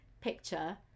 picture